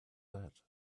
that